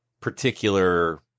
particular